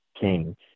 king